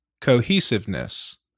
cohesiveness